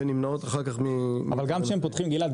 גלעד,